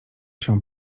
się